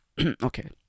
Okay